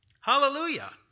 Hallelujah